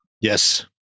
Yes